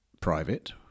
private